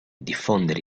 diffondere